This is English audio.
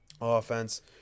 offense